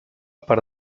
per